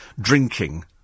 drinking